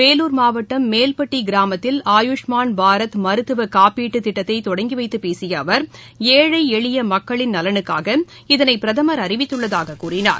வேலூர் மாவட்டம் மேவ்பட்டி கிராமத்தில் ஆயுஷ்மான் பாரத் மருத்துவ காப்பீட்டு திட்டத்தை தொடங்கி வைத்து பேசிய அவர் ஏழை எளிய மக்களின் நலனுக்காக இதனை பிரதமர் அறிவித்துள்ளதாக கூறினார்